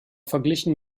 verglichen